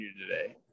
today